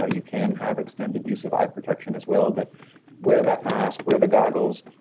ah you can have extended use of eye protection, as well. but wear that mask, wear the goggles,